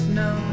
no